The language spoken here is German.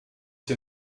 den